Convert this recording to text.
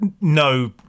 no